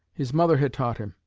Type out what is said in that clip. his mother had taught him.